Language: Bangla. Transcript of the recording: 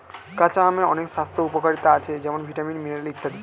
কাঁচা আমের অনেক স্বাস্থ্য উপকারিতা আছে যেমন ভিটামিন, মিনারেল ইত্যাদি